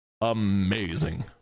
amazing